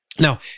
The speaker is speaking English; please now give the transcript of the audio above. Now